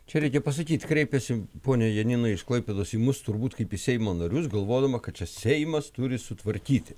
čia reikia pasakyt kreipėsi ponia janina iš klaipėdos į mus turbūt kaip į seimo narius galvodama kad čia seimas turi sutvarkyti